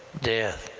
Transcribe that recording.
death,